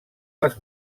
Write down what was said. les